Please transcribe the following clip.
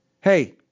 Hey